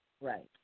Right